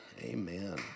amen